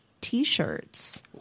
t-shirts